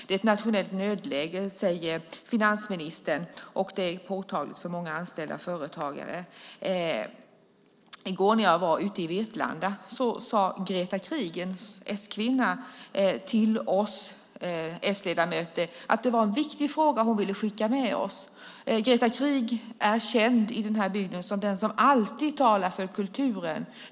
Det är ett nationellt nödläge, säger finansministern. Det är påtagligt för många anställda och företagare. I går när jag var i Vetlanda sade Greta Krieg, en s-kvinna, till oss s-ledamöter att det var en viktig fråga hon ville skicka med oss. Greta Krieg är känd i den här bygden som den som alltid talar för kulturen.